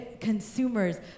consumers